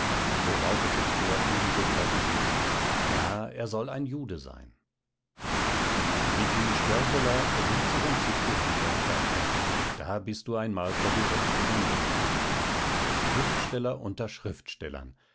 worauf es im chor ebenso trocken hieß ja er soll ein jude sein viggi störteler rieb sich entzückt die hände und dachte da bist du einmal vor die rechte mühle gekommen ein schriftsteller unter schriftstellern